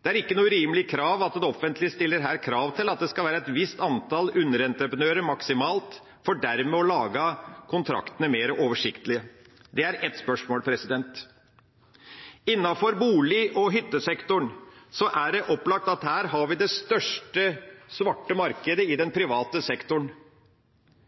Det er ikke noe urimelig krav at det offentlige stiller krav til at det skal være et visst antall underentreprenører maksimalt for dermed å lage kontraktene mer oversiktlige. Det er ett spørsmål. Innenfor bolig- og hyttesektoren er det opplagt at vi har det største svarte markedet i den private sektoren.